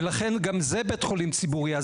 ולכן גם זה בית חולים ציבורי.